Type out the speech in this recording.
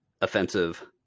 Offensive